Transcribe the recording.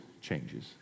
changes